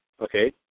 okay